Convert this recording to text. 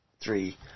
three